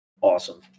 awesome